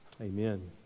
Amen